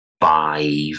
five